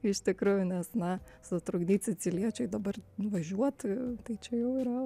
iš tikrųjų nes na sutrukdyt siciliečiui dabar važiuoti tai čia jau yra